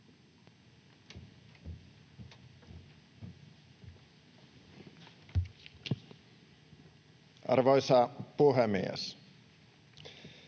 Arvoisa puhemies!